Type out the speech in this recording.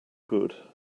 good